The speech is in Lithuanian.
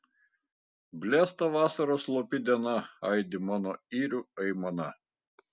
blėsta vasaros slopi diena aidi mano yrių aimana